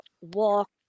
walk